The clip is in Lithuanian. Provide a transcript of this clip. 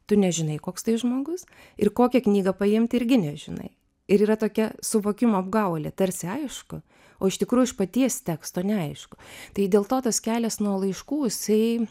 tu nežinai koks tai žmogus ir kokią knygą paimti irgi nežinai ir yra tokia suvokimo apgaulė tarsi aišku o iš tikrųjų iš paties teksto neaišku tai dėl to tas kelias nuo laiškų jisai